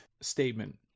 statement